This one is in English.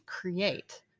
create